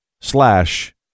slash